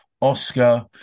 Oscar